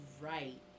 Right